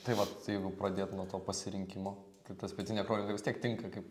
tai vat tai jeigu pradėt nuo to pasirinkimo tai tas pietinio kronika vis tiek tinka kaip